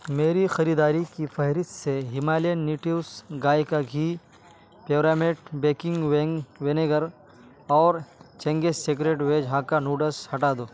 میری خریداری کی فہرست سے ہمالین نیٹیوس گائے کا گھی پیورامیٹ بیکنگ وینیگر اور Ching's secret veg Hakka noodles ہٹا دو